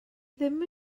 ddim